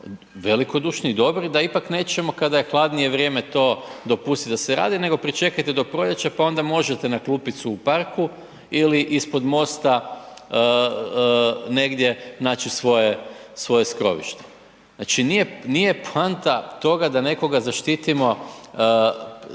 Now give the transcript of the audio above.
velikodušni i dobri da ipak nećemo kada je hladnije vrijeme to dopustit da se radi, nego pričekajte do proljeća, pa onda možete na klupicu u parku ili ispod mosta negdje naći svoje skrovište. Znači nije poanta toga da nekoga zaštitimo